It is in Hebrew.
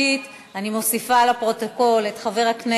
אותך.